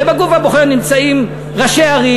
ובגוף הבוחר נמצאים ראשי ערים,